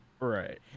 Right